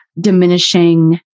diminishing